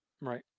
Right